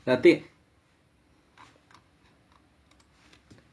sathi